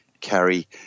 carry